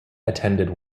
attended